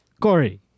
Corey